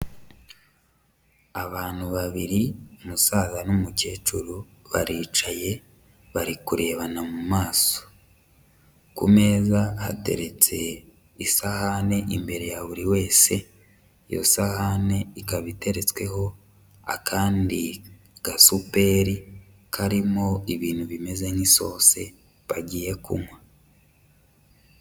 Abantu babiri umusaza n'umukecuru baricaye bari kurebana mu maso, ku meza hateretse isahane imbere ya buri wese, iyo sahane ikaba iteretsweho akandi gasuperi karimo ibintu bimeze nk'isosi bagiye kunywa.